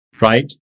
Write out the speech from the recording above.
Right